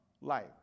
life